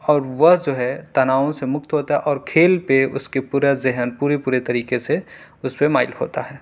اور وہ جو ہے تناؤ سے مکت ہوتا ہے اور کھیل پہ اس کے پورا ذہن پورے پورے طریقے سے اس پہ مائل ہوتا ہے